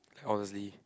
honestly